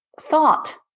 thought